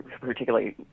particularly